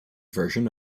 version